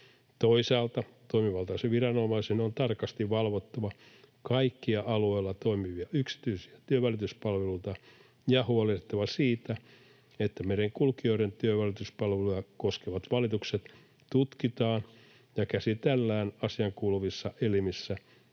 Toisaalta toimivaltaisen viranomaisen on tarkasti valvottava kaikkia alueella toimivia yksityisiä työnvälityspalveluita ja huolehdittava siitä, että merenkulkijoiden työnvälityspalveluja koskevat valitukset tutkitaan ja käsitellään asiaankuuluvissa elimissä